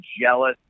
jealous